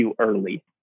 early